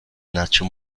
nacho